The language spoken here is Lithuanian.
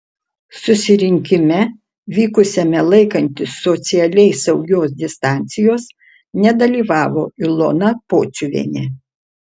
susirinkime vykusiame laikantis socialiai saugios distancijos nedalyvavo ilona pociuvienė